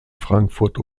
frankfurt